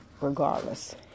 regardless